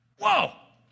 Whoa